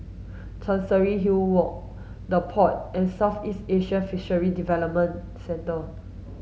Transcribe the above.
Chancery Hill Walk The Pod and Southeast Asian Fisheries Development Centre